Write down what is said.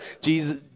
Jesus